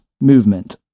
movement